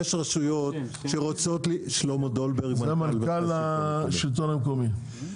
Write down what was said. שלמה דולברג מנכ"ל מרכז השלטון המקומי.